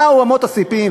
נעו אמות הספים.